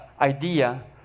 idea